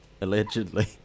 Allegedly